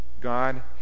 God